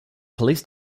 police